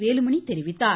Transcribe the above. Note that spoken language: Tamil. வேலுமணி தெரிவித்தார்